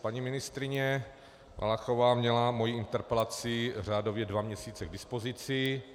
Paní ministryně Valachová měla moji interpelaci řádově dva měsíce k dispozici.